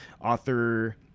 author